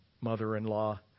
mother-in-law